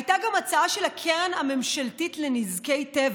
הייתה גם הצעה של הקרן הממשלתית לנזקי טבע